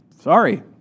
sorry